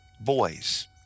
boys